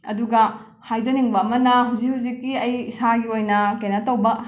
ꯑꯗꯨꯒ ꯍꯥꯏꯖꯅꯤꯡꯕ ꯑꯃꯅ ꯍꯧꯖꯤꯛ ꯍꯧꯖꯤꯛꯀꯤ ꯑꯩ ꯏꯁꯥꯒꯤ ꯑꯣꯏꯅ ꯀꯩꯅꯣ ꯇꯧꯕ